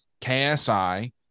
ksi